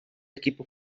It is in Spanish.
equipo